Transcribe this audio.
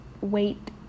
wait